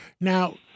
Now